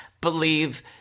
believe